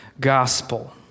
Gospel